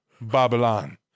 Babylon